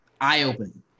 eye-opening